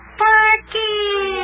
Sparky